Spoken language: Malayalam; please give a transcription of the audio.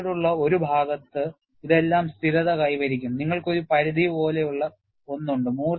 പിന്നീടുള്ള ഒരു ഭാഗത്ത് ഇതെല്ലാം സ്ഥിരത കൈവരിക്കും നിങ്ങൾക്ക് ഒരു പരിധി പോലെയുള്ള ഒന്ന് ഉണ്ട്